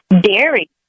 dairy